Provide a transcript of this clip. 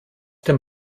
dem